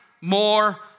more